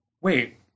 wait